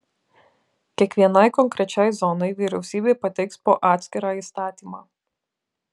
kiekvienai konkrečiai zonai vyriausybė pateiks po atskirą įstatymą